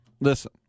listen